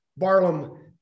Barlam